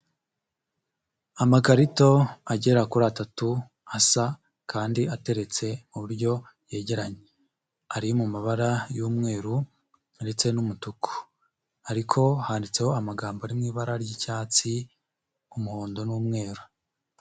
Amakarito agera kuri atatu asa kandi ateretse mu uburyo yegeranye. Ari mu mabara y'umweru ndetse n'umutuku. Ariko handitseho amagambo ari mu ibara ry'icyatsi, umuhondo, n'umweru.